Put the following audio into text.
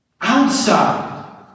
outside